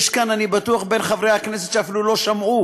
אני בטוח שיש כאן בין חברי הכנסת שאפילו לא שמעו